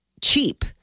cheap